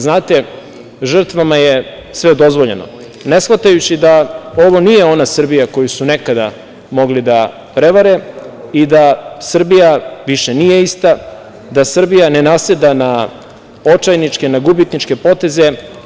Znate, žrtvama je sve dozvoljeno, ne shvatajući da ovo nije ona Srbija koju su nekada mogli da prevare i da Srbija više nije ista, da Srbija ne naseda na očajničke, na gubitničke poteze.